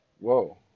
Whoa